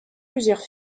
plusieurs